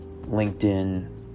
LinkedIn